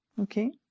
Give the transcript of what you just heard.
Okay